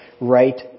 right